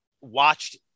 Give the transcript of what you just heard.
watched